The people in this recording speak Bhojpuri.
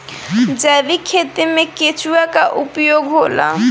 जैविक खेती मे केचुआ का उपयोग होला?